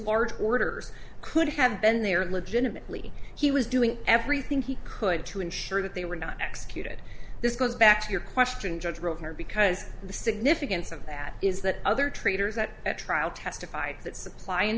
large orders could have been there legitimately he was doing everything he could to ensure that they were not executed this goes back to your question judge of her because the significance of that is that other traders at trial testified that supply and